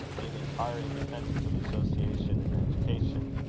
in entire independence of association and education?